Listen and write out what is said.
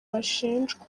bashinjwa